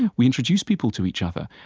we introduce people to each other.